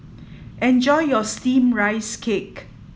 enjoy your steamed rice cake